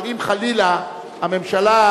אבל אם חלילה הממשלה,